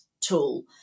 tool